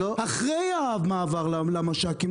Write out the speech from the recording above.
אחרי המעבר למש"קים,